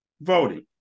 voting